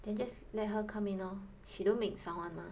then just let her come in lor she don't make sound [one] mah